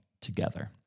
together